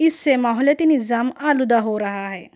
اس سے ماحولیاتی نظام آلودہ ہو رہا ہے